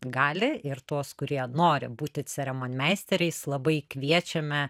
gali ir tuos kurie nori būti ceremonmeisteriais labai kviečiame